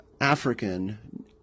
African